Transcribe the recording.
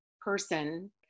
person